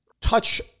touch –